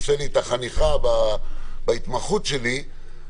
סתם נשב עכשיו עוד שעה בהצעות לסדר ואנחנו נפתח את